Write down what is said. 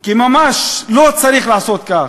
כי ממש לא צריך לעשות כך.